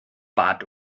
bat